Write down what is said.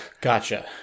Gotcha